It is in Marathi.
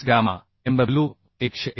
25 गॅमा mw 189